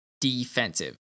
defensive